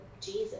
jesus